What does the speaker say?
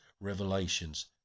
revelations